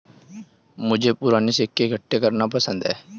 मुझे पूराने सिक्के इकट्ठे करना पसंद है